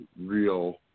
real